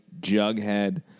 Jughead